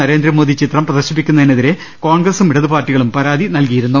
നരേന്ദ്രമോദി ചിത്രം പ്രദർശിപ്പിക്കുന്നതിനെതിരേ കോൺഗ്രസും ഇടതുപാർട്ടികളും പരാതി നൽകിയിരുന്നു